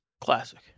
Classic